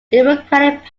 democratic